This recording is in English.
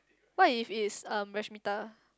what if it's um Rasmitha